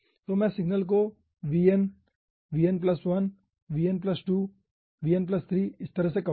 तो मैं सिग्नल्स को vn vn1 vn2 vn3 इस तरह कहूंगा